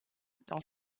dans